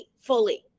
fully